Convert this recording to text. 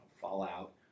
Fallout